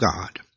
God